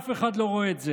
אף אחד לא רואה את זה.